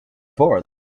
far